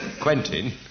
Quentin